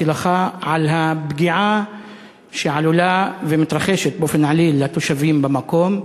לך על הפגיעה שעלולה ומתרחשת לתושבים במקום,